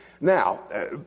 now